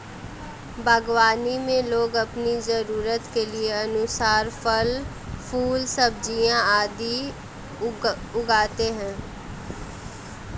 बागवानी में लोग अपनी जरूरत के अनुसार फल, फूल, सब्जियां आदि उगाते हैं